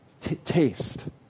taste